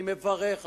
אני מברך עליהם.